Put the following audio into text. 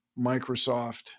Microsoft